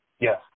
Yes